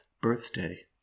birthday